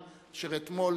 שאתה,